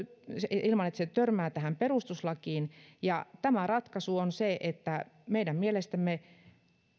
ilman että se törmää tähän perustuslakiin ja ratkaisu on se että meidän mielestämme